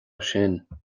sin